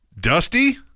Dusty